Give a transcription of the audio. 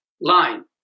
line